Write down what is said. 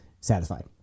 satisfied